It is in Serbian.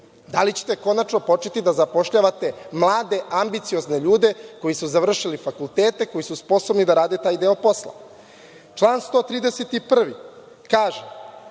Da li ćete konačno početi da zapošljavate mlade, ambiciozne ljudi koji su završili fakultete, koji su sposobni da rade taj deo posla? Član 131. kaže